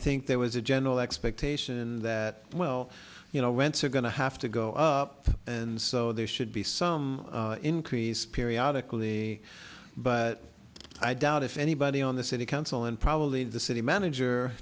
think there was a general expectation that well you know whence are going to have to go up and so there should be some increase periodically but i doubt if anybody on the city council and probably the city manager